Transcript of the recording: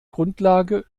grundlage